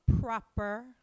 proper